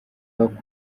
bakuye